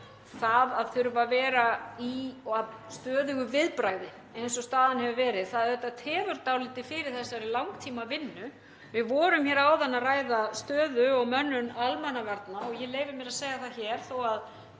það að þurfa að vera í stöðugu viðbragði eins og staðan hefur verið tefur dálítið fyrir þessari langtímavinnu. Við vorum áðan að ræða stöðu og mönnun almannavarna og ég leyfi mér að segja það hér að